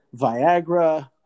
Viagra